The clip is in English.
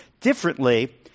differently